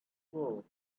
whole